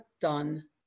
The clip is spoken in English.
done